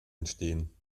entstehen